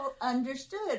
understood